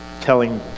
telling